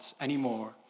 anymore